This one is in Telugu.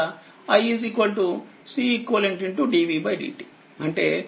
CN dvdt లేదాiCEQdvdtఅంటే CEQ C1 C2